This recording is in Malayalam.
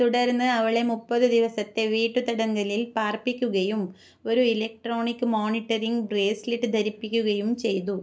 തുടർന്ന് അവളെ മുപ്പത് ദിവസത്തെ വീട്ടു തടങ്കലിൽ പാർപ്പിക്കുകയും ഒരു ഇലക്ട്രോണിക് മോണിറ്ററിംഗ് ബ്രേസ്ലെറ്റ് ധരിപ്പിക്കുകയും ചെയ്തു